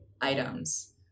items